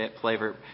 flavor